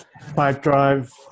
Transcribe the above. PipeDrive